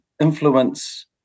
influence